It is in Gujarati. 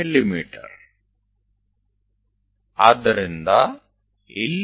તો કાળજીપૂર્વક 20 mm લો અને માપો